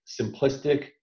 simplistic